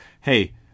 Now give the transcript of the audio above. hey